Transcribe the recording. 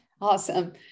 Awesome